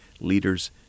Leaders